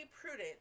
prudent